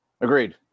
Agreed